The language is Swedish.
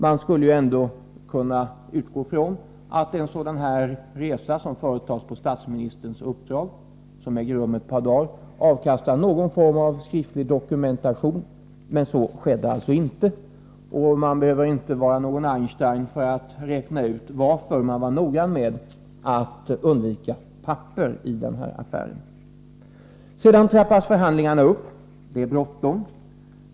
Man skulle ändå kunna utgå från att en sådan här resa, som företas på statsministerns uppdrag under ett par dagar, avkastar någon form av skriftlig dokumentation, men så skedde alltså inte. Man behöver inte vara någon Einstein för att räkna ut varför de agerande var noga med att undvika papper i den här affären. Sedan trappas förhandlingarna upp. Det är bråttom.